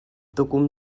tukum